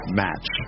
match